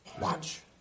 Watch